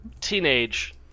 Teenage